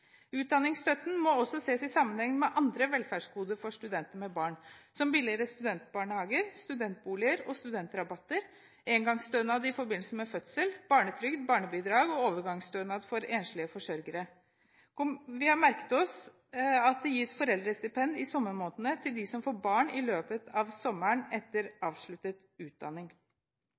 Utdanningsstøtten må også ses i sammenheng med andre velferdsgoder for studenter med barn, som billigere studentbarnehager, studentboliger og studentrabatter, engangsstønad i forbindelse med fødsel, barnetrygd, barnebidrag og overgangsstønad for enslige forsørgere. Vi har merket oss at det gis foreldrestipend i sommermånedene til dem som får barn i løpet av sommeren etter avsluttet utdanning.